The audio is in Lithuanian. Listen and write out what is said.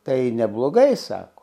tai neblogai sako